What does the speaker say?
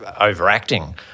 overacting